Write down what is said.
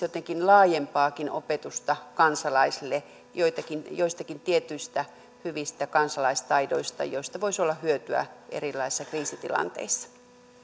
jotenkin laajempaakin opetusta kansalaisille joissakin tietyissä hyvissä kansalaistaidoissa joista voisi olla hyötyä erilaisissa kriisitilanteissa